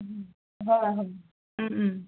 হয় হয়